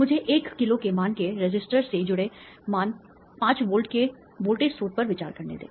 मुझे 1 किलो के मान के रेसिस्टर से जुड़े मान 5 वोल्ट के वोल्टेज स्रोत पर विचार करने दें